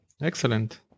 excellent